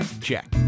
check